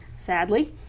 sadly